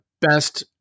best